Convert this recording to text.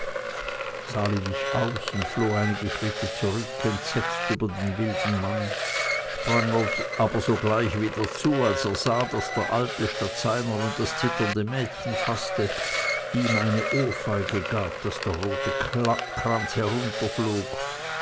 wich aus und floh einige schritte zurück entsetzt über den wilden mann sprang aber sogleich wieder zu als er sah daß der alte statt seiner nun das zitternde mädchen faßte ihm eine ohrfeige gab daß der rote